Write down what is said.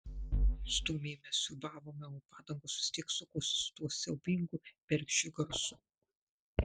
stūmėme siūbavome o padangos vis tiek sukosi su tuo siaubingu bergždžiu garsu